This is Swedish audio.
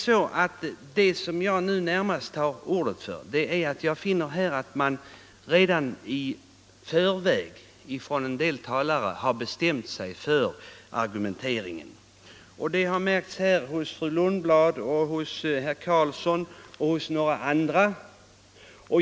Jag har närmast begärt ordet för att påpeka att en del talare redan i förväg tycks ha bestämt sig för argumenteringen. Det har här märkts hos fru Lundblad, hos herr Karlsson i Huskvarna och hos några andra.